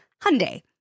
Hyundai